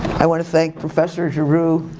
i want to thank professor jeru